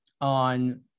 on